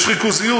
יש ריכוזיות.